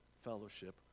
fellowship